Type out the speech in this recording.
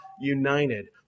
united